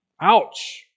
Ouch